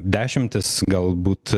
dešimtis galbūt